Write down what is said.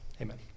amen